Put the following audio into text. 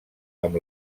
amb